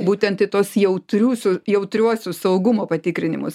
būtent į tuos jautriūsiu jautriuosius saugumo patikrinimus